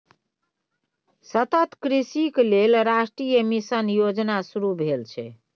सतत कृषिक लेल राष्ट्रीय मिशन योजना शुरू भेल छै